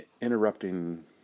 interrupting